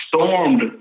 stormed